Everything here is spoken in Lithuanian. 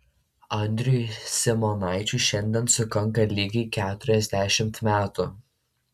andriui simonaičiui šiandien sukanka lygiai keturiasdešimt metų